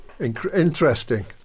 interesting